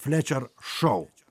flečer šou